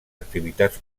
activitats